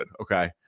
okay